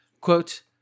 Quote